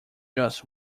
just